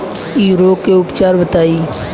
इ रोग के उपचार बताई?